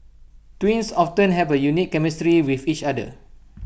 twins often have A unique chemistry with each other